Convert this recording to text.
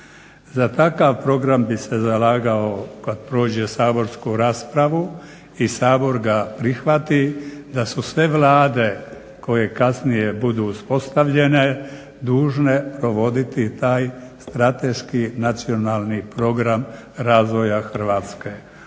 Za takav program bi se zalagao, kad prođe saborsku raspravu i Sabor ga prihvati, da su sve Vlade koje kasnije budu uspostavljene dužne provoditi taj strateški nacionalni program razvoja Hrvatske.